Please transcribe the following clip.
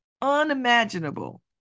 unimaginable